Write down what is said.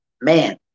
man